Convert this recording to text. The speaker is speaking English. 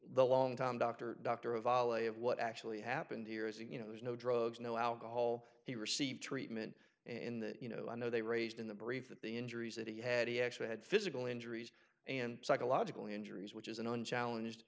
long time doctor doctor a volley of what actually happened here is you know there's no drugs no alcohol he received treatment in the you know i know they raised in the brief that the injuries that he had he actually had physical injuries and psychological injuries which is an unchallenged